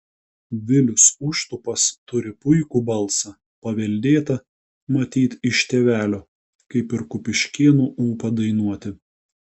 vilius užtupas turi puikų balsą paveldėtą matyt iš tėvelio kaip ir kupiškėnų ūpą dainuoti